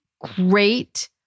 great